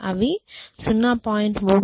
అవి 0